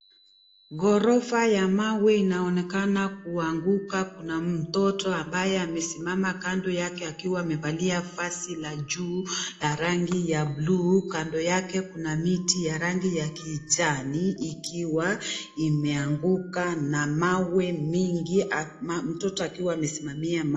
Ghorofa ya mawe inaonekana kuanguka kuna mtoto ambaye amesimama Kando yake akiwa amevalia vazi la juu la rangi ya bluu Kando yake kuna miti ya rangi ya kijani ikiwa imeanguka na mawe mingi na mtoto akiwa amesimamia maa....